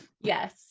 Yes